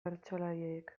bertsolariek